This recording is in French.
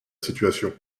situation